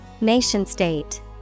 Nation-state